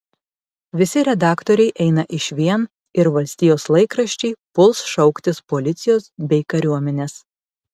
visi redaktoriai eina išvien ir valstijos laikraščiai puls šauktis policijos bei kariuomenės